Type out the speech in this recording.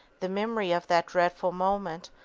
the memory of that dreadful moment,